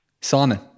Simon